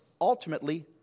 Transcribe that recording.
ultimately